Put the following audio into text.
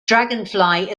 dragonfly